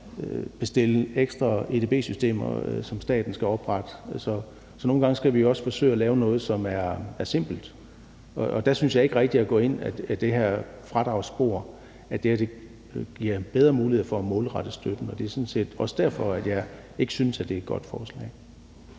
bestille ekstra edb-systemer, som staten skal oprette. Så vi skal nogle gange også forsøge at lave noget, som er simpelt, og der synes jeg ikke rigtig, at det, at man går ud ad det her fradragsspor, giver en bedre mulighed for, at man kan målrette støtten, og det er sådan set også derfor, jeg ikke synes, at det er et godt forslag.